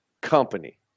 company